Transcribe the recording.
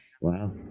Wow